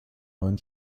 neun